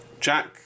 Jack